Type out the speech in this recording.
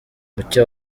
mucyo